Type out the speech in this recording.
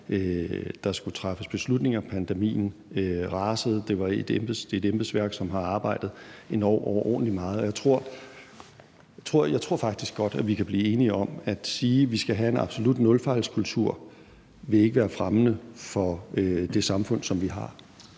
der skulle træffes beslutninger; pandemien rasede. Det er et embedsværk, som har arbejdet endog overordentlig meget. Og jeg tror faktisk godt, at vi kan blive enige om, at det at sige, vi skal have en absolut nulfejlskultur, ikke vil være fremmende for det samfund, som vi har.